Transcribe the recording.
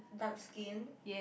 dark skin